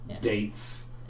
dates